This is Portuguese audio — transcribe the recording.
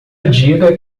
diga